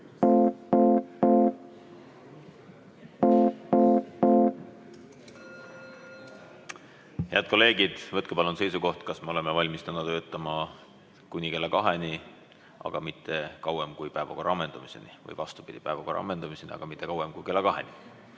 läbi. Head kolleegid, võtke palun seisukoht, kas me oleme valmis täna töötama kuni kella kaheni, aga mitte kauem kui päevakorra ammendumiseni. Vastupidi: päevakorra ammendumiseni, aga mitte kauem kui kella kaheni.